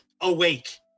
awake